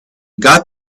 got